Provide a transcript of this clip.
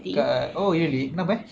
kan oh really kenapa eh